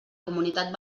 comunitat